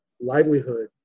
livelihood